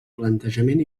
plantejament